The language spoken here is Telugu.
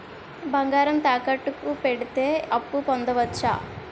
బంగారం తాకట్టు కి పెడితే అప్పు పొందవచ్చ?